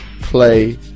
play